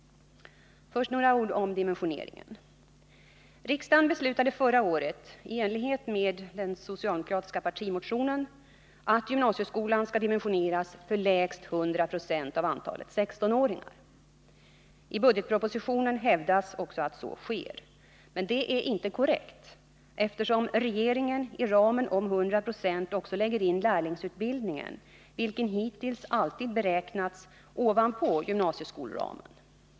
Först några ord om gymnasieskolans dimensionering. Riksdagen beslöt förra året i enlighet med en socialdemokratisk partimotion att gymnasieskolan skall dimensioneras för lägst 100 76 av antalet 16-åringar. I budgetpropositionen hävdas också att så sker. Men detta är inte korrekt, eftersom regeringen i ramen om 100 26 också lägger in lärlingsutbildningen, vilken hittills alltid beräknats ovanpå gymnasieskolramen.